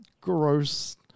gross